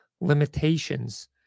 limitations